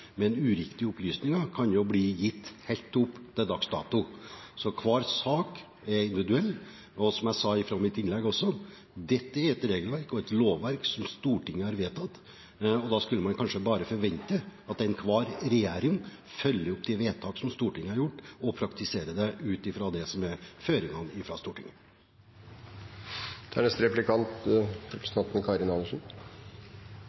Uriktige opplysninger kan bli gitt helt opp til dags dato. Så hver sak er individuell, og som jeg sa i mitt innlegg også: Dette er et regelverk og et lovverk som Stortinget har vedtatt, og da skulle man kanskje bare forvente at enhver regjering følger opp de vedtak som Stortinget har gjort, og praktiserer ut fra det som er føringene fra Stortinget. Men det er